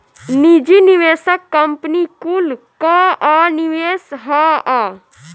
निजी निवेशक कंपनी कुल कअ निवेश हअ